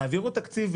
תעבירו תקציב,